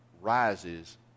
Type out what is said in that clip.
rises